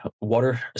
Water